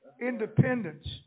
independence